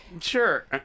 sure